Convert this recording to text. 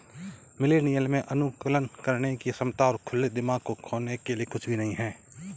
millennial में अनुकूलन करने की क्षमता और खुले दिमाग को खोने के लिए कुछ भी नहीं है